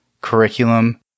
curriculum